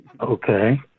Okay